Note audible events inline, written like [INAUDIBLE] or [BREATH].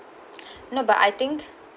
[BREATH] no but I think